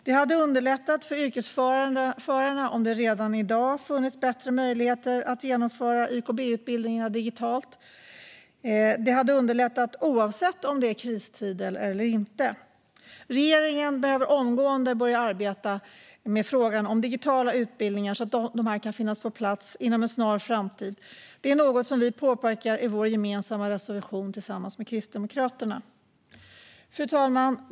Det hade underlättat för yrkesförarna om det redan i dag funnits bättre möjligheter att genomföra YKB-utbildningarna digitalt. Detta hade underlättat oavsett om det är kristider eller inte. Regeringen behöver omgående börja arbeta med frågan om digitala utbildningar så att dessa kan finnas på plats inom en snar framtid. Detta är något som vi påpekar i den reservation vi har gemensamt med Kristdemokraterna. Fru talman!